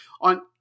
on